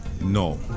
no